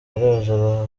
yaraje